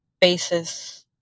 basis